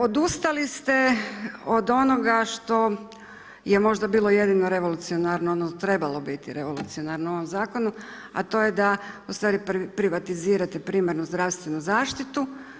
Odustali ste od onoga što je možda bilo jedino revolucionarno, trebalo biti revolucionarno u ovom zakonu, a to je da u stvari privatizirate primarnu zdravstvenu zaštitu.